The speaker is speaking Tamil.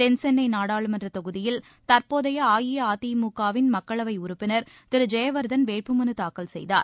தென்சென்னை நாடாளுமன்ற தொகுதியில் தற்போதைய அஇஅதிமுக வின் மக்களவை உறுப்பினர் திரு ஜெயவர்தன் வேட்புமனு தாக்கல் செய்தார்